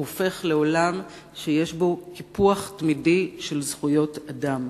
הוא הופך לעולם שיש בו קיפוח תמידי של זכויות אדם.